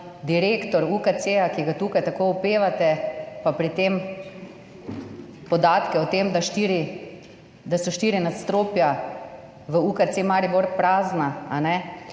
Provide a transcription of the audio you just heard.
direktor UKC, ki ga tukaj tako opevate, pa pri tem podatkov o tem, da so štiri nadstropja v UKC Maribor prazna, ne